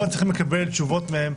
אנחנו לא מצליחים לקבל תשובות מהם.